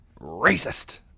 Racist